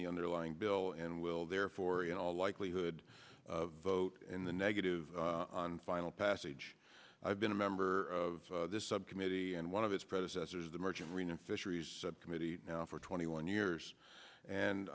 the underlying bill and will therefore in all likelihood of boat in the negative on final passage i've been a member of this subcommittee and one of his predecessors the merchant marine and fisheries committee now for twenty one years and